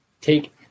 take